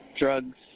drugs